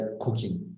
cooking